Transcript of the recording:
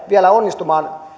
vielä onnistuu